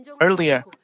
earlier